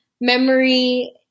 memory